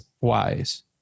wise